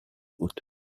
بود